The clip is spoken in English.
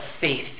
faith